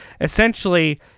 Essentially